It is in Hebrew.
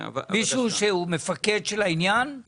מישהו שהוא מפקד של העניין?